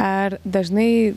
ar dažnai